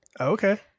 okay